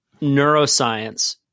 neuroscience